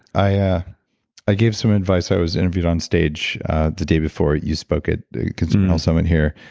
i yeah i gave some advice, i was interviewed on stage the day before you spoke at consumer health summit here,